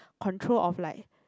control of like